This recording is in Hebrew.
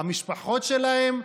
המשפחות שלהם?